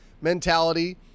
mentality